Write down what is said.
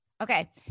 Okay